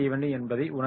என்பதை உணர வேண்டும்